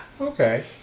Okay